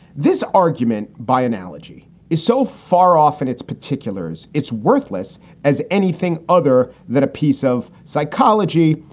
this argument by analogy is so far off in its particulars. it's worthless as anything other than a piece of psychology.